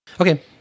Okay